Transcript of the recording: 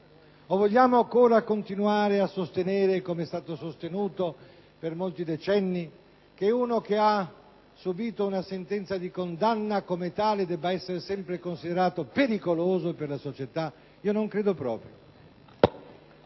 vogliamo ancora continuare a sostenere, com'è stato fatto per molti decenni, che uno che ha subito una sentenza di condanna, come tale debba essere sempre considerato pericoloso per la società? Non credo proprio.